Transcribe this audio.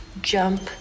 jump